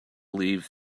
leave